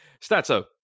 Stato